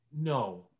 no